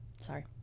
Sorry